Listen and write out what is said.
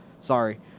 Sorry